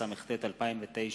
התשס”ט 2009,